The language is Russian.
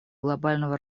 глобального